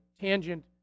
tangent